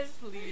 please